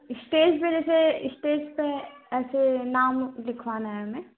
stage पर जैसे stage पर ऐसे नाम लिखवाना है हमें